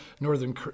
northern